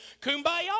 kumbaya